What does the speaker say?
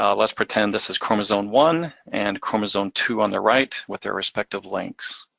um let's pretend this is chromosome one and chromosome two on the right, with their respective links.